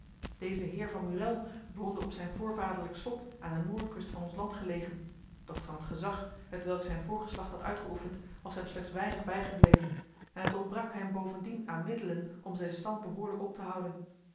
deze heer van murél woonde op zijn voorvaderlijk slot aan de noordkust van ons land gelegen doch van het gezag hetwelk zijn voorgeslacht had uitgeoefend was hem slechts weinig bijgebleven en het ontbrak hem bovendien aan middelen om zijn stand behoorlijk op te houden